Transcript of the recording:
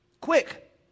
quick